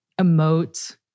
emote